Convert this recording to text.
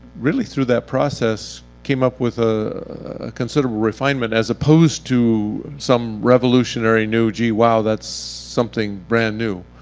really through that process, came up with a considerable refinement as opposed to some revolutionary new, gee, wow, that's something brand-new.